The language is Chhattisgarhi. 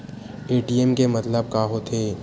ए.टी.एम के मतलब का होथे?